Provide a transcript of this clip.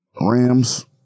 Rams